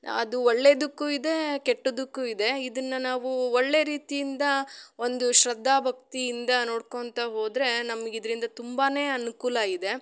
ಅದು ಒಳ್ಳೆದಕ್ಕು ಇದೆ ಕೆಟ್ಟದ್ದಕ್ಕು ಇದೆ ಇದನ್ನು ನಾವು ಒಳ್ಳೆ ರೀತಿಯಿಂದ ಒಂದು ಶ್ರದ್ಧಾ ಭಕ್ತಿಯಿಂದ ನೋಡ್ಕೊತ ಹೋದರೆ ನಮ್ಗೆ ಇದರಿಂದ ತುಂಬಾ ಅನಕೂಲ ಇದೆ